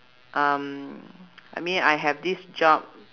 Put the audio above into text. um I mean I have this job